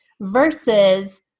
versus